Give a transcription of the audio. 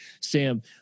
Sam